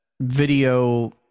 video